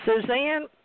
Suzanne